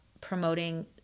promoting